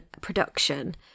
production